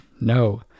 no